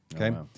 okay